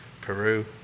Peru